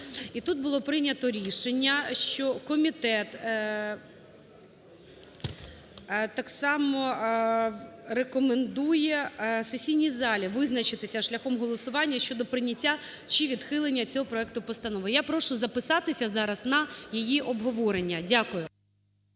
І тут було прийнято рішення, що комітет так само рекомендує сесійній залі визначитися шляхом голосування щодо прийняття чи відхилення цього проекту постанови. Я прошу записатися зараз на її обговорення. Дякую.